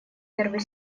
первый